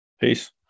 Peace